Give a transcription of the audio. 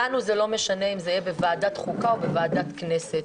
לנו לא משנה אם זה יהיה בוועדת החוקה או בוועדת הכנסת.